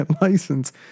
license